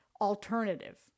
alternative